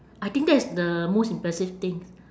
I think that's the most impressive thing